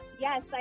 Yes